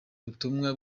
ubutumwa